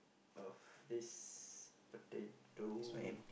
of this potato